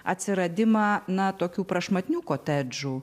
atsiradimą na tokių prašmatnių kotedžų